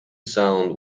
sound